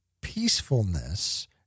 peacefulness